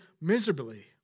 miserably